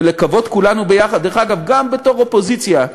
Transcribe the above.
ולקוות כולנו ביחד, דרך אגב, גם בתור אופוזיציה,